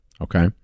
Okay